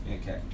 Okay